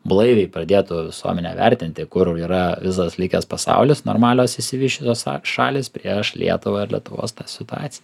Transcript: blaiviai pradėtų visuomenė vertinti kur yra visas likęs pasaulis normalios išsivysčiusios šalys prieš lietuvą ir lietuvos situaciją